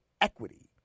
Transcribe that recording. equity